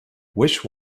which